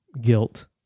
guilt